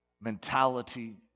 mentality